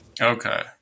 Okay